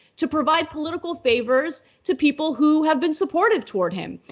to provide political favors to people who have been supportive toward him.